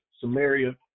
Samaria